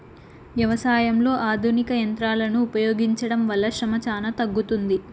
వ్యవసాయంలో ఆధునిక యంత్రాలను ఉపయోగించడం వల్ల శ్రమ చానా తగ్గుతుంది